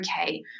okay